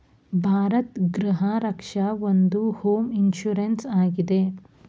ಭಾರತ್ ಗೃಹ ರಕ್ಷ ಒಂದು home insurance ಆಗಿದೆ